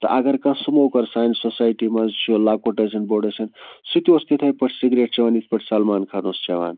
تہٕ اگر کانٛہہ سُموکَر سانہِ سوسایٹی منٛز چھُ لۄکُٹ ٲسِن بوٚڈ ٲسِن سُہ تہِ اوس تِتھٕے پٲٹھۍ سِگریٹ چٮ۪وان یِتھٕ پٲٹھۍ سَلمان خان اوس چٮ۪وان